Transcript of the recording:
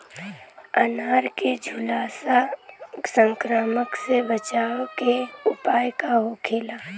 अनार के झुलसा संक्रमण से बचावे के उपाय का होखेला?